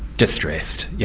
distressed, you